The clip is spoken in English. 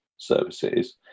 services